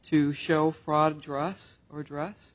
to show fraud dress or dress